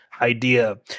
idea